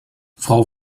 frau